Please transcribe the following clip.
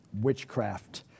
witchcraft